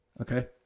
Okay